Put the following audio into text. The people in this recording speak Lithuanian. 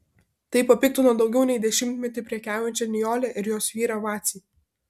tai papiktino daugiau nei dešimtmetį prekiaujančią nijolę ir jos vyrą vacį